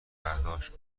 برداشت